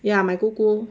ya my 姑姑